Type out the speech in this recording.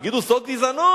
יגידו: זאת גזענות.